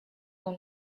dans